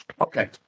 Okay